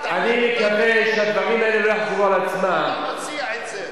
אני צריך ללמוד.